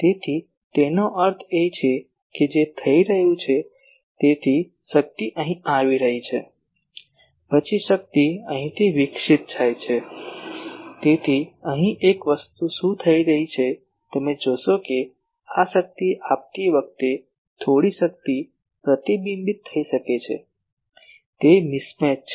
તેથી તેનો અર્થ એ છે કે જે થઈ રહ્યું છે તેથી શક્તિ અહીં આવી રહી છે પછી શક્તિ અહીંથી વિકસિત થાય છે તેથી અહીં એક વસ્તુ શું થઈ શકે છે તે તમે જોશો કે આ શક્તિ આપતી વખતે થોડી શક્તિ પ્રતિબિંબિત થઈ શકે છે તે મિસ મેચ છે